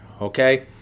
okay